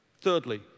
Thirdly